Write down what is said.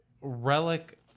relic